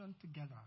together